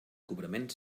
cobrament